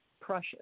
precious